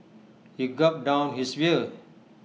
he gulped down his beer